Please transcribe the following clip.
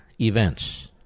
events